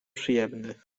przyjemny